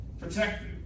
Protect